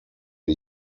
die